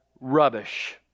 rubbish